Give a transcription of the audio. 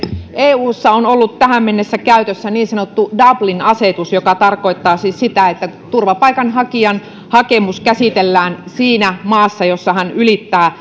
eussa on ollut tähän mennessä käytössä niin sanottu dublin asetus joka tarkoittaa siis sitä että turvapaikanhakijan hakemus käsitellään siinä maassa jossa hän ylittää